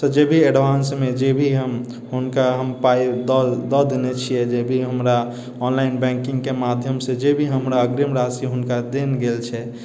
से जे भी एडवान्समे जे भी हुनका हम पाइ दअ देने छियै जे भी हमरा ऑनलाइन बुकिंगके माध्यमसँ जे भी हमरा अग्रिम राशि हुनका देल गेल छै